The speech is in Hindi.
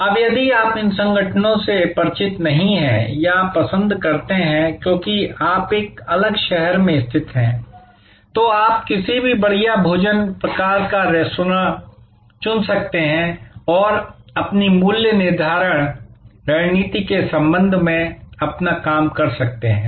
अब यदि आप इन संगठनों से परिचित नहीं हैं या आप पसंद करते हैं क्योंकि आप एक अलग शहर में स्थित हैं तो आप किसी भी बढ़िया भोजन प्रकार का रेस्तरां चुन सकते हैं और अपनी मूल्य निर्धारण रणनीति के संबंध में अपना काम कर सकते हैं